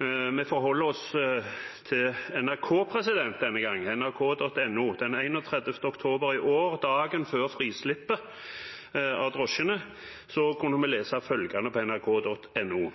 Vi forholder oss denne gang til nrk.no. Den 31. oktober i år, dagen før frislippet av drosjene, kunne vi